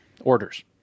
Orders